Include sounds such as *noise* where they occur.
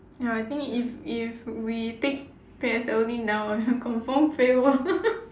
ya I think if if we take P_S_L_E now *laughs* confirm fail [one] *laughs*